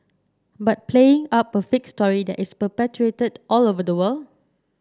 but playing up a fake story that is perpetuated all over the world